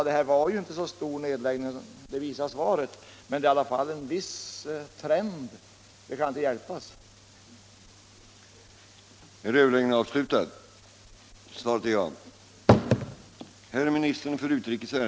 Svaret från utrikesministern visar att det inte är fråga om någon stor nedläggning, men det förekommer ändå en viss nedläggningstrend. Det kan man inte komma ifrån.